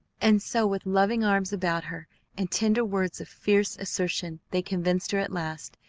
and so with loving arms about her and tender words of fierce assertion they convinced her at last,